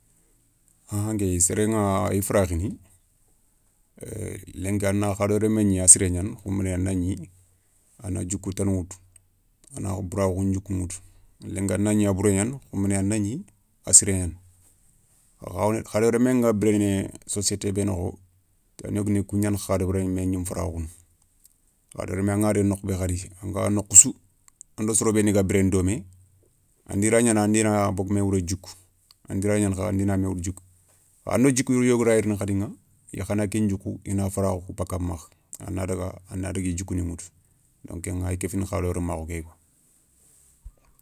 Ahan kéyi sereηa ay farakhini, lenki a na hadama remme gni a siré gnani khounbané a na gni a na djikou tana woutou, a na bourakhou ndjikou ηutu, lenki a na gni a buregnani khounbané a na gni a siré gnani. hadama remme nga biréné société bé nokho, tani yogoni kou gnana hadama reme gnima farakhounou. hadama remme angana daga nokhou bé khadi anga nokhou sou ando soro bénou ga biréné domé andi ray gnana andi na bogou mé wouré djikou, andi ray gnana kha andi na mé woutou djikou, kha ando djikou yogo ray riini khadiηa i khana ken djikou i na farakhou baka makha a na daga a na dagui djikou ni ηutu. Donc keηa ay kéfini hadama ramakhou kéya.